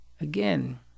again